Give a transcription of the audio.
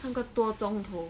三个多钟头